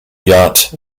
yacht